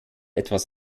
etwas